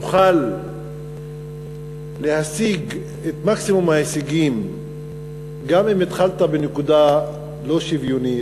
תוכל להשיג את מקסימום ההישגים גם אם התחלת בנקודה לא שוויונית,